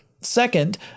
Second